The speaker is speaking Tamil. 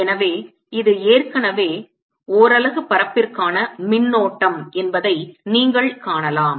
எனவே இது ஏற்கனவே ஒரலகு பரப்பிற்கான மின்னோட்டம் என்பதை நீங்கள் காணலாம்